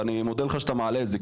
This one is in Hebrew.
ואני מודה לך שאתה מעלה את זה,